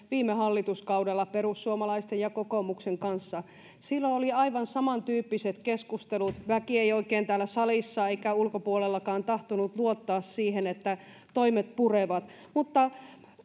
viime hallituskaudella aloitimme alkutaipaleitamme perussuomalaisten ja kokoomuksen kanssa silloin oli aivan saman tyyppiset keskustelut väki ei oikein täällä salissa eikä ulkopuolellakaan tahtonut luottaa siihen että toimet purevat mutta